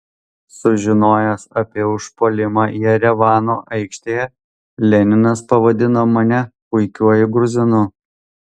sužinojęs apie užpuolimą jerevano aikštėje leninas pavadino mane puikiuoju gruzinu